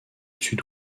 sud